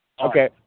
Okay